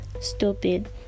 Stupid